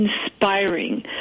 Inspiring